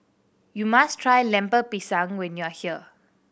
you must try Lemper Pisang when you are here